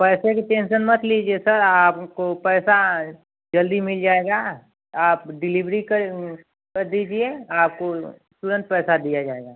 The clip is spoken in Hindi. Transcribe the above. पैसे की टेन्सन मत लीजिए सर आपको पैसा जल्दी मिल जाएगा आप डिलेवरी कर कर दीजिए आपको तुरंत पैसा दिया जाएगा